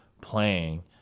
playing